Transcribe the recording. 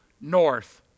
north